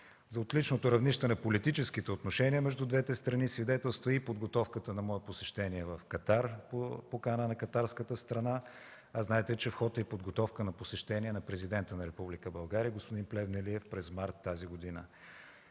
За отличното равнище на политическите отношения между двете страни свидетелства и подготовката на мое посещение в Катар по покана на катарската страна, а знаете, че в ход е и подготовка на посещение на Президента на Република България господин Плевнелиев през март тази година.